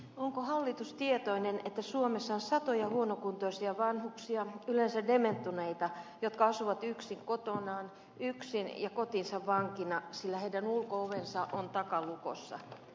onko hallitus tietoinen että suomessa on satoja huonokuntoisia vanhuksia yleensä dementoituneita jotka asuvat yksin kotonaan yksin ja kotinsa vankina sillä heidän ulko ovensa on takalukossa